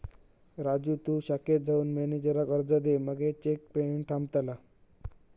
राजू तु शाखेत जाऊन मॅनेजराक अर्ज दे मगे चेक पेमेंट थांबतला